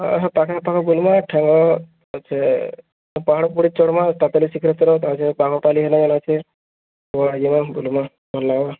ପାଖେ ପାଖେ ବୁଲମା ଠେଙ୍ଗ ଅଛେ ପାହାଡ଼ ପୁହୁଡ଼ି ଚଢ଼୍ମା ପାତାଲି ଶ୍ରୀକ୍ଷେତ୍ର ଅଛେ ବାଘପାଲି ହେନ ଯେନ ଅଛେ ସବୁ ଆଡ଼େ ଯିମା ବୁଲମା ଭଲ ଲାଗବା